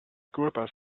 grippers